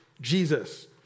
Jesus